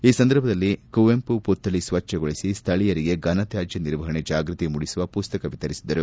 ಈ ಸಂದರ್ಭದಲ್ಲಿ ಕುವೆಂಪು ಪುಕ್ಥಳಿ ಸ್ವಚ್ಛಗೊಳಿಸಿ ಸ್ಥಳೀಯರಿಗೆ ಘನ ತ್ಕಾಜ್ಯ ನಿರ್ವಹಣೆ ಜಾಗೃತಿ ಮೂಡಿಸುವ ಪುಸ್ತಕ ವಿತರಿಸಿದರು